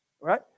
right